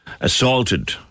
assaulted